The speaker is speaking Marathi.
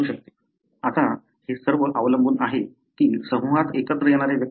आता हे सर्व अवलंबून आहे की समूहात एकत्र येणाऱ्या व्यक्ती कोण आहेत